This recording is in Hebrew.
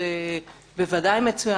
זה בוודאי מצוין.